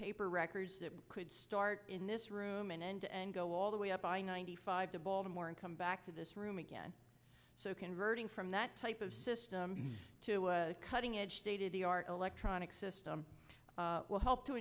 paper records that could start in this room and end and go all the way up i ninety five to baltimore and come back to this room again so converting from that type of system to a cutting edge data the our electronic system will help to